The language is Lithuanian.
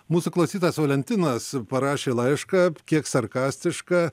mūsų klausytojas valentinas parašė laišką kiek sarkastišką